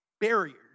barriers